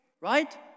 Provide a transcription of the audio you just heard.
Right